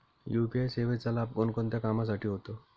UPI सेवेचा लाभ कोणकोणत्या कामासाठी होतो?